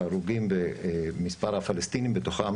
ההרוגים ומספר הפלסטינים בתוכם